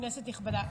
כנסת נכבדה,